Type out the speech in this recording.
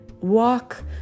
Walk